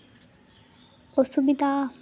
ᱚᱥᱩᱵᱤᱫᱟ